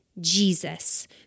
Jesus